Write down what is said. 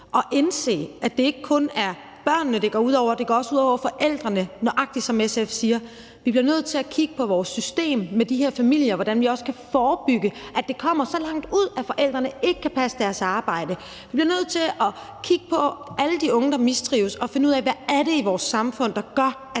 og indse, at det ikke kun er børnene, det går ud over. Det går også ud over forældrene, nøjagtig som SF siger. Vi bliver nødt til at kigge på vores system med de her familier og på, hvordan vi også kan forebygge, at det kommer så langt ud, at forældrene ikke kan passe deres arbejde. Vi bliver nødt til at kigge på alle de unge, der mistrives, og finde ud af, hvad det er i vores samfund, der gør,